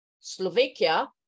Slovakia